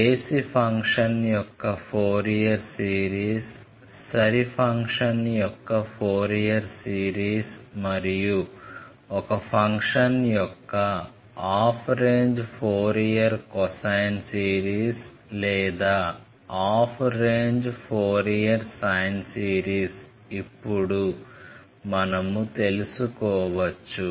బేసి ఫంక్షన్ యొక్క Fourier series సరి ఫంక్షన్ యొక్క ఫోరియర్ సిరీస్ మరియు ఒక ఫంక్షన్ యొక్క half range Fourier cosine series లేదా half range Fourier sine series ఇప్పుడు మనము తెలుసుకోవచ్చు